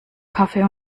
kaffee